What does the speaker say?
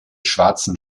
schwarzen